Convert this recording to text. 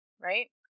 right